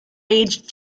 aged